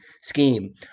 scheme